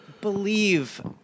believe